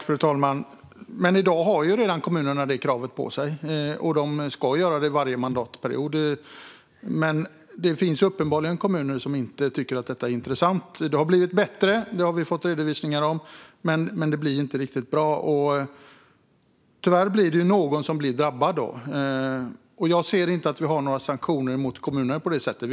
Fru talman! Men i dag har ju kommunerna redan detta krav på sig. De ska göra detta varje mandatperiod, men det finns uppenbarligen kommuner som inte tycker att det är intressant. Det har blivit bättre, har vi fått redovisningar om, men det blir inte riktigt bra. Tyvärr är det någon som blir drabbad. Jag ser inte att vi har några sanktioner mot kommunerna på det sättet.